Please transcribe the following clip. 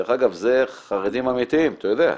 דרך אגב, אלה חרדים אמיתיים, אתה יודע.